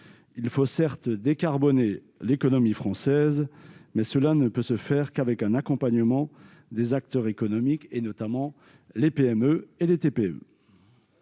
Il faut certes décarboner l'économie française, mais cela ne peut se faire qu'avec un accompagnement des acteurs économiques, notamment des PME et des TPE.